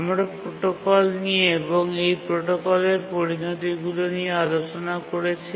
আমরা প্রোটোকল নিয়ে এবং এই প্রোটোকলের পরিণতিগুলি নিয়ে আলোচনা করেছি